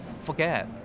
forget